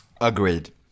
Agreed